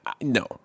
no